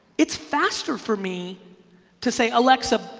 it's faster for me to say alexa,